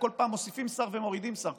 כל פעם מוסיפים שר ומורידים שר,